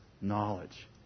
knowledge